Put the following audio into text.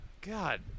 God